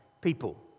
people